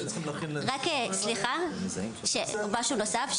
משהו נוסף,